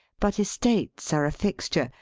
but estates are a fixture,